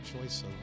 choice